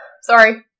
Sorry